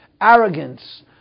arrogance